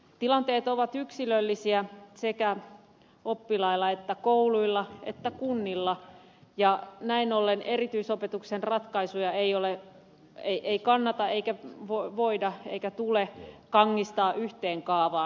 tilanteet ovat yksilöllisiä sekä oppilailla että kouluilla että kunnilla ja näin ollen erityisopetuksen ratkaisuja ei kannata eikä voida eikä tule kangistaa yhteen kaavaan